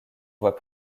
voie